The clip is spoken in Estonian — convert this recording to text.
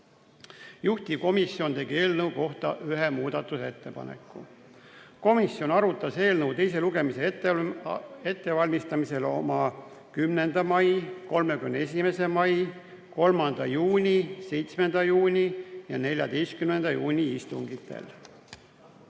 Juhtivkomisjon tegi eelnõu kohta ühe muudatusettepaneku. Komisjon arutas eelnõu teise lugemise ettevalmistamisel oma 10. mai, 31. mai, 3. juuni, 7. juuni ja 14. juuni istungil.